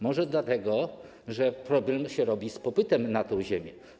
Może dlatego że problem się robi z popytem na tę ziemię.